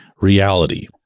reality